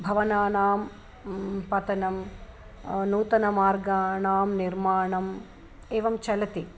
भवननां पतनं नूतनमार्गाणां निर्माणम् एवं चलति